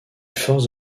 forces